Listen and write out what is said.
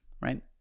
right